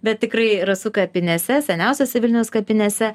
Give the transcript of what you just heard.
bet tikrai rasų kapinėse seniausiose vilniaus kapinėse